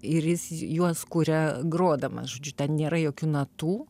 ir jis juos kuria grodamas žodžiu ten nėra jokių natų